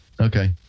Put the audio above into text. Okay